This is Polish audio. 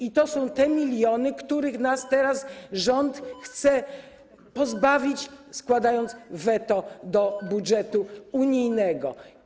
I to są te miliony, których nas teraz rząd chce pozbawić, składając weto wobec budżetu unijnego.